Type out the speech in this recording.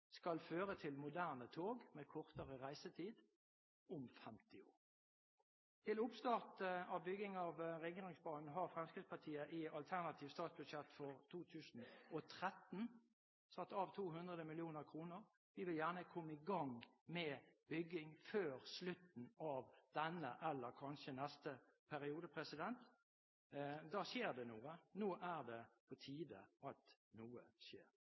skal føre til moderne tog med kortere reisetid – om 50 år. Til oppstart av bygging av Ringeriksbanen har Fremskrittspartiet i alternativt statsbudsjett for 2013 satt av 200 mill. kr. Vi vil gjerne komme i gang med bygging før slutten av denne eller kanskje neste periode. Da skjer det noe. Nå er det på tide at noe skjer.